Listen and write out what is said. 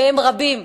והם רבים,